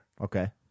Okay